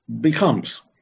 becomes